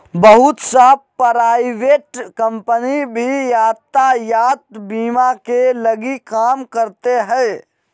बहुत सा private company भी यातायात बीमा के लगी काम करते हइ